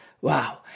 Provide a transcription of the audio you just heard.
wow